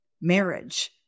marriage